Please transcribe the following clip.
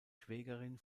schwägerin